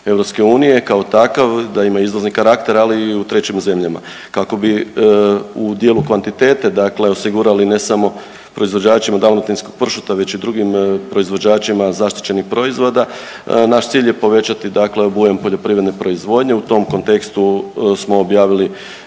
EU, kao takav da ima izvozni karakter, ali i u trećim zemljama. Kako bi u dijelu kvantitete dakle osigurali ne samo proizvođačima dalmatinskog pršuta već i drugim proizvođačima zaštićenih proizvoda naš cilj je povećati dakle obujam poljoprivredne proizvodnje. U tom kontekstu smo objavili